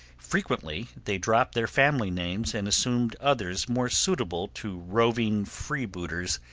frequently they dropped their family names and assumed others more suitable to roving freebooters,